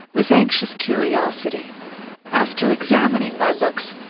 with anxious curiosity after examining my looks,